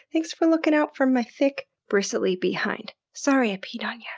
thanks for looking out for my thick, bristly behind! sorry i peed on yeah